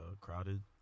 crowded